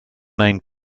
name